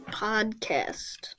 podcast